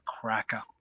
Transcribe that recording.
cracker